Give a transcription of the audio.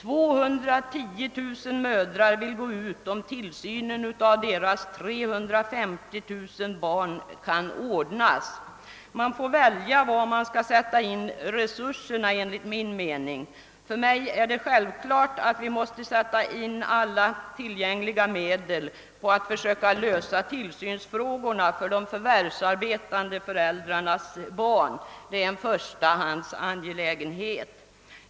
210 000 mödrar vill gå ut i arbete om tillsynen av deras 350 000 barn kan ordnas. Man får välja var man skall sätta in resurserna. För mig är det självklart att vi måste koncentrera alla tillgängliga medel på att försöka lösa tillsynsfrågorna för de förvärvsarbetande föräldrarnas barn. Det är en förstahandsangelägenhet.